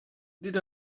did